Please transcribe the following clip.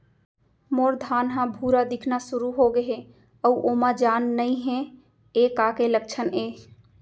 मोर धान ह भूरा दिखना शुरू होगे हे अऊ ओमा जान नही हे ये का के लक्षण ये?